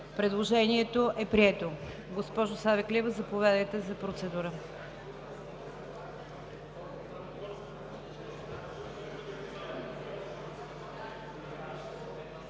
Предложението е прието. Госпожо Савеклиева, заповядайте за процедура.